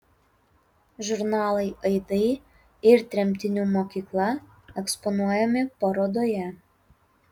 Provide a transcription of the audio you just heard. žurnalai aidai ir tremtinių mokykla eksponuojami parodoje